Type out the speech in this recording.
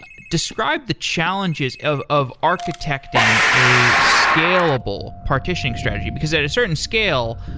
describe the challenges of of architecting a scalable partitioning strategy, because at a certain scale,